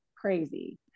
crazy